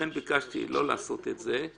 לכן, ביקשתי לא לעשות את זה.